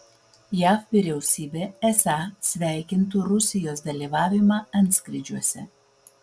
jav vyriausybė esą sveikintų rusijos dalyvavimą antskrydžiuose